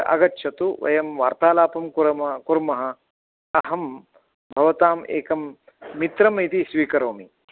आगच्छतु वयं वार्तालापं कुर्मः कुर्मः अहं भवताम् एकं मित्रम् इति स्वीकरोमि